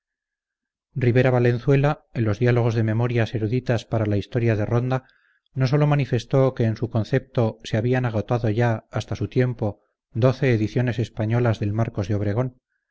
rivera valenzuela en los diálogos de memorias eruditas para la historia de ronda no sólo manifestó que en su concepto se habían agotado ya hasta su tiempo doce ediciones españolas del marcos de obregón